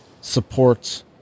supports